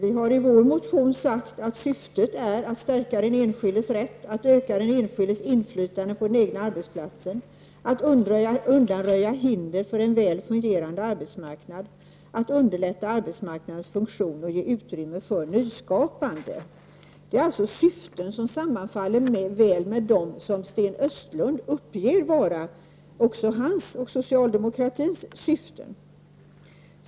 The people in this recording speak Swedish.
I vår motion har vi sagt att syftena är att stärka den enskildes rätt, att öka den enskildes inflytande på den egna arbetsplatsen, att undanröja hindren för en väl fungerande arbetsmarknad, att underlätta arbetsmarknadens funktion och ge utrymme för nyskapande. Detta är syften som sammanfaller väl med dem som Sten Östlund uppger vara hans och socialdemokratins syften.